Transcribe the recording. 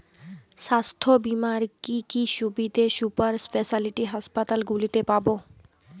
স্বাস্থ্য বীমার কি কি সুবিধে সুপার স্পেশালিটি হাসপাতালগুলিতে পাব?